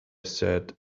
said